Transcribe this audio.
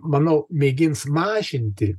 manau mėgins mažinti